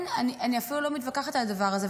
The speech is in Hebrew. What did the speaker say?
אני אפילו לא מתווכחת על הדבר הזה.